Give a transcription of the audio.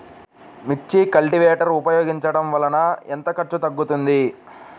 మిర్చి కల్టీవేటర్ ఉపయోగించటం వలన ఎంత ఖర్చు తగ్గుతుంది?